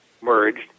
merged